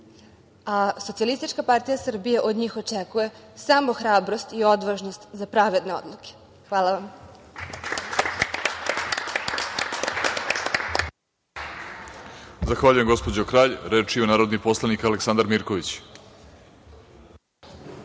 Socijalistička partija Srbije od njih očekuje samo hrabrost i odvažnost za pravedne odluke. Hvala vam.